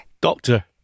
Doctor